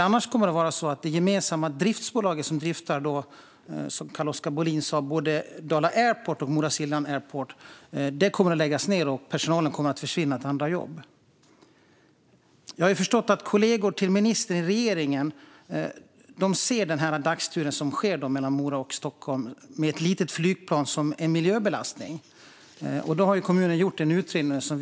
Annars kommer det gemensamma driftsbolag som Carl-Oskar Bohlin talade om, som driftar både Dala Airport och Mora-Siljan Airport, att läggas ned, och personalen kommer att försvinna till andra jobb. Jag har förstått att kollegor till ministern i regeringen ser den dagstur som sker mellan Mora och Stockholm med ett litet flygplan som en miljöbelastning. Kommunen har gjort en utredning om detta.